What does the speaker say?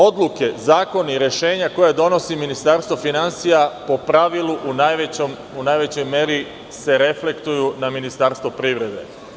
Odluke, zakoni, rešenja koja donosi ministarstvo finansija, po pravilu u najvećoj meri se reflektuju na ministarstvo privrede.